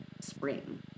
spring